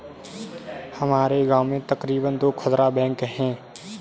हमारे गांव में तकरीबन दो खुदरा बैंक है